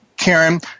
Karen